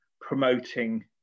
promoting